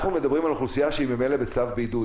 אנחנו מדברים על אוכלוסייה שהיא ממילא בצו בידוד,